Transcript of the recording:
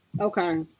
Okay